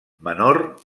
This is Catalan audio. menor